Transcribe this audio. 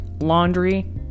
laundry